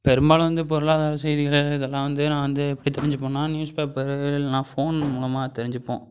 பெரும்பாலும் வந்து பொருளாதார செய்திகள் இதெல்லாம் வந்து நான் வந்து எப்படி தெரிஞ்சிப்பேன்னா நியூஸ் பேப்பரு இல்லைன்னா ஃபோன் மூலமாக தெரிஞ்சுப்போம்